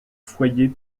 foyer